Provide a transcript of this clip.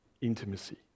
Intimacy